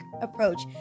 approach